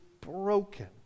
broken